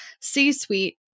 C-suite